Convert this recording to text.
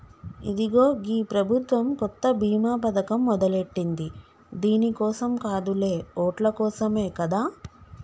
ఇదిగో గీ ప్రభుత్వం కొత్త బీమా పథకం మొదలెట్టింది దీని కోసం కాదులే ఓట్ల కోసమే కదా